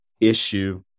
issue